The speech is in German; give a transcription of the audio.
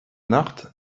nacht